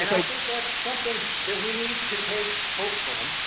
i think that's something that we need to take hope from,